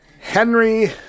Henry